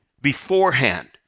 beforehand